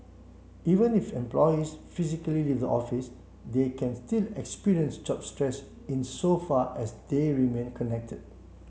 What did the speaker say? even if employees physically leave the office they can still experience job stress insofar as they remain connected